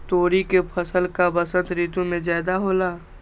तोरी के फसल का बसंत ऋतु में ज्यादा होला?